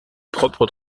propre